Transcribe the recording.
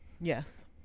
Yes